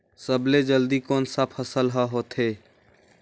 सबले जल्दी कोन सा फसल ह होथे?